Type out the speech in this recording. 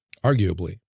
arguably